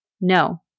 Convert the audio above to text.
No